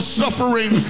suffering